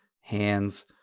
hands